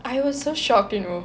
I was so shocked you know